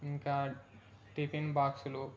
ఇంకా టిఫిన్ బాక్స్లు